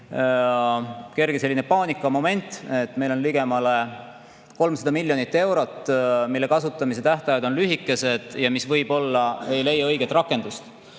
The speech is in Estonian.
oli kerge paanikamoment, et meil on ligemale 300 miljonit eurot, mille kasutamise tähtajad on lühikesed ja mis võib-olla ei leia õiget rakendust.